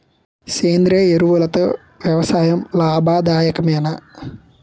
సేంద్రీయ ఎరువులతో వ్యవసాయం లాభదాయకమేనా?